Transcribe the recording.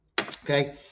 Okay